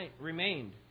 remained